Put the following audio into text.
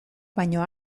baino